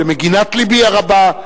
למגינת לבי הרבה,